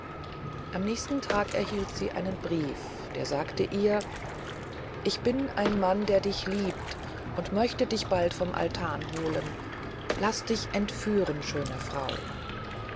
am nächsten tag erhielt sie einen brief der sagte ihr ich bin ein mann der dich liebt und möchte dich bald vom altan holen laß dich entführen schöne frau